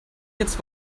jetzt